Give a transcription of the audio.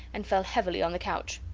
and fell heavily on the couch.